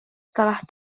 telah